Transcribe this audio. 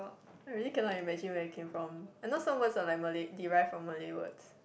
I really cannot imagine where I came from I know some words are like Malay derived from Malay words